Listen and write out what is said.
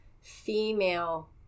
female